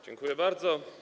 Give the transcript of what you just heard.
Dziękuję bardzo.